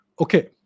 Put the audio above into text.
Okay